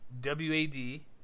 W-A-D